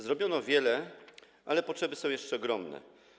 Zrobiono wiele, ale potrzeby są jeszcze ogromne.